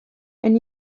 and